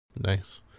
Nice